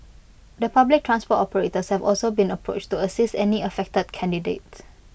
the public transport operators have also been approached to assist any affected candidates